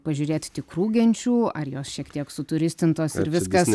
pažiūrėti tikrų genčių ar jos šiek tiek suturistintos ir viskas